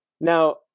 Now